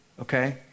Okay